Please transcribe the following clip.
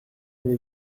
aller